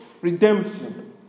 redemption